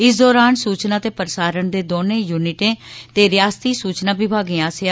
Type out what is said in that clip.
इस दरान सूचना ते प्रसारण दे दौनें युनिटें ते रिआसती सूचना विमागें आस्सेआ